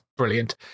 Brilliant